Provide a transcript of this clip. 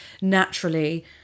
naturally